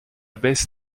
baisse